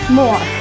more